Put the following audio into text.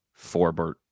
Forbert